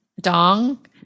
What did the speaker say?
dong